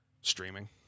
Streaming